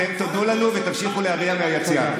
אתם תודו לנו ותמשיכו להריע מהיציע.